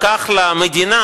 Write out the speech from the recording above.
לקח למדינה